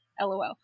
LOL